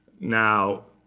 now,